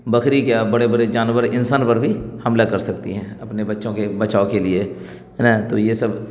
بکری کیا بڑے بڑے جانور انسان پر بھی حملہ کر سکتی ہیں اپنے بچوں کے بچاؤ کے لیے ہے نا تو یہ سب